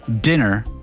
dinner